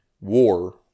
war